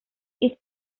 its